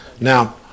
Now